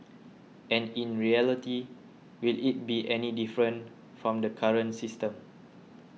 and in reality will it be any different from the current system